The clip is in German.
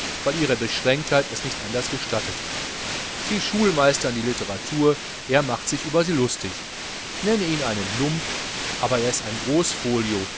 weil ihre beschränktheit es nicht anders gestattet sie schulmeistern die litteratur er macht sich über sie lustig nenne ihn einen lump aber ist er es in